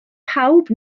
pawb